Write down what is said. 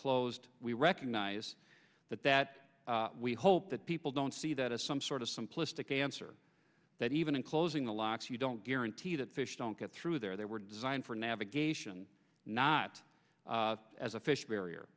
closed we recognize that that we hope that people don't see that as some sort of simplistic answer that even in closing the locks you don't guarantee that fish don't get through there they were designed for navigation not as a fish barrier